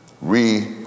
Re-